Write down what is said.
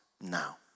now